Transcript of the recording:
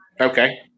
okay